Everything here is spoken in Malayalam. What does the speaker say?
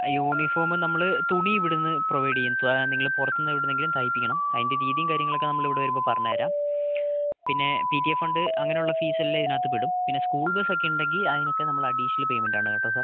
ആ യൂണിഫോമ് നമ്മള് തുണി ഇവിടെന്ന് പ്രൊവൈഡ് ചെയ്യും നിങ്ങൾ പൊറത്തുന്ന് എവിടെന്നെങ്കിലും തയ്പ്പിക്കണം അയിൻ്റ രീതീം കാര്യങ്ങളൊക്കേ നമ്മള് ഇവിടെ വരുമ്പം പറഞ്ഞു തരാം പിന്നേ പിടിഎ ഫണ്ട് അങ്ങനെ ഉള്ള ഫീസ് എല്ലം ഇതിനകത്ത് പെടും പിന്നേ സ്കൂൾ ബസ്സ് ഒക്കേ ഇണ്ടെങ്കീ അയിനൊക്കേ നമ്മള് അഡീഷണൽ പേയ്മെൻറ്റ് ആണ് കേട്ടോ സാർ